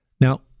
Now